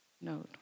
note